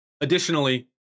Additionally